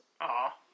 Aw